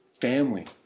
family